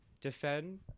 Defend